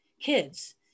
kids